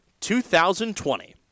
2020